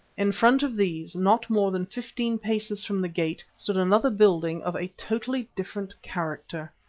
in front of these, not more than fifteen paces from the gate, stood another building of a totally different character.